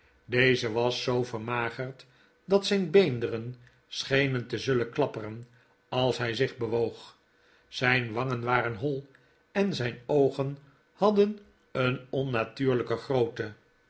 deze was zoo vermagerd dat zijn beenderen schenen te zullen klapperen als hij zich bewoog zijn wangen waren hoi en zijn oogen hadmaarten chuzzlewit den een onnatuurlijke grootte